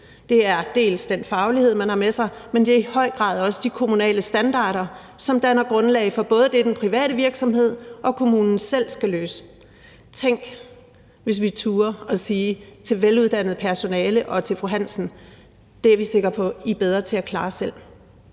Det gør dels den faglighed, man har med sig, dels – og i høj grad – de kommunale standarder, der danner grundlag for både det, den private virksomhed og kommunen selv skal løse. Tænk, hvis vi turde at sige til det veluddannede personale og til fru Hansen: Det er vi sikre på I er bedre til at klare selv.